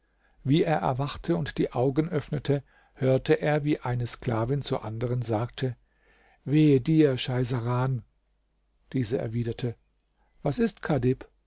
wie er erwachte und die augen öffnete hörte er wie eine sklavin zur anderen sagte wehe dir cheisaran diese erwiderte was ist kadhib